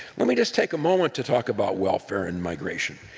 let me just take a moment to talk about welfare and migration.